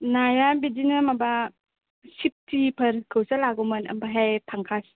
नाया बिदिनो माबा सिद्दथि फोरखौसो लागौमोन आमफ्रायहाय पांकज